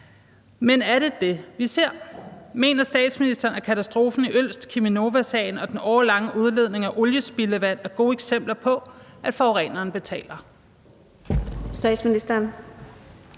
Men er det det, vi ser? Mener statsministeren, at katastrofen i Ølst, Cheminovasagen og den årelange udledning af oliespildevand er gode eksempler på, at forureneren betaler?